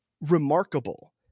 remarkable